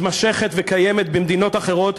מתמשכת וקיימת במדינות אחרות,